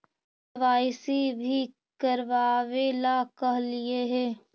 KYC भी करवावेला कहलिये हे?